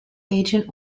agent